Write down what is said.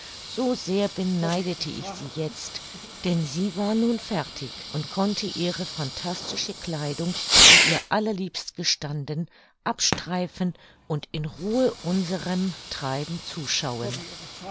so sehr beneidete ich sie jetzt denn sie war nun fertig und konnte ihre phantastische kleidung die ihr allerliebst gestanden abstreifen und in ruhe unserem treiben zuschauen